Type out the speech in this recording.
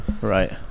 Right